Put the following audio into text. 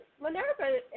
Minerva